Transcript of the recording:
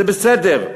זה בסדר.